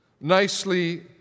Nicely